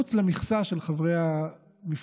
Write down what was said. מחוץ למכסה של חברי המפלגה,